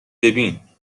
ببین